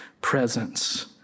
presence